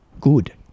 good